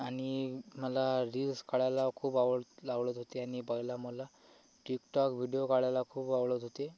आणि मला रील्स काढायला खूप आवड आवडत होते आणि पहिला मला टिकटॉक व्हिडियो काढायला खूप आवडत होते